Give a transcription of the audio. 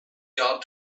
got